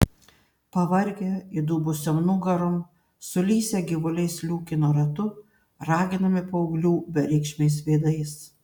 pavargę įdubusiom nugarom sulysę gyvuliai sliūkino ratu raginami paauglių bereikšmiais veidais